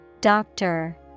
Doctor